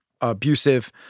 abusive